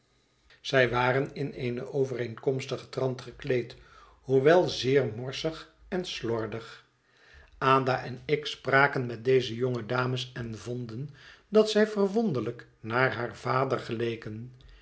zij waren in een overhet verlaten huis eenkomstigen trant gekleed hoewel zeer morsig en slordig ada en ik spraken met deze jonge dames en vonden dat zij verwonderlijk naar haar vader geleken